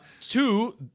Two